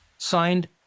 Signed